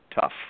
tough